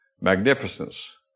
magnificence